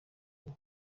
huye